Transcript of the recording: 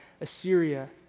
Assyria